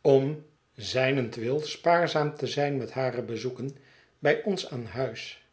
om zijnentwil spaarzaam te zijn met hare bezoeken bi ons aan huis